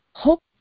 Hope